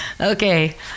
Okay